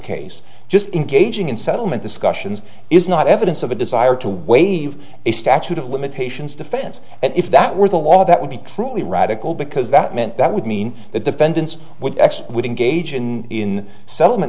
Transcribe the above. case just engaging in settlement discussions is not evidence of a desire to waive a statute of limitations defense and if that were the law that would be truly radical because that meant that would mean the defendants would actually would engage in settlement